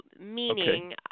meaning